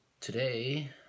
today